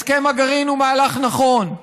הסכם הגרעין הוא מהלך נכון,